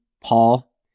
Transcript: Paul